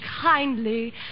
kindly